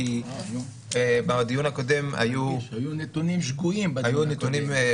כי בדיון הקודם היו --- היו נתונים שגויים בדיון הקודם.